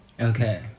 okay